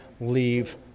leave